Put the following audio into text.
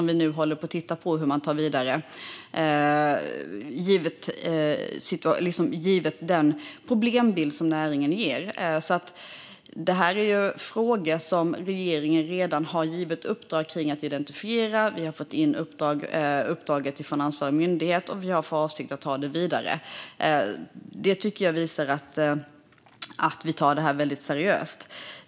Vi håller nu på att titta på hur vi tar den vidare med utgångspunkt i den problembild som näringen ger. Det här är alltså frågor som regeringen redan har givit uppdrag om. Frågorna skulle identifieras. Vi har fått in uppdraget från ansvarig myndighet. Och vi har för avsikt att ta det vidare. Jag tycker att det visar att vi tar detta väldigt seriöst.